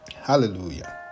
Hallelujah